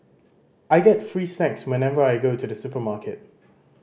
I get free snacks whenever I go to the supermarket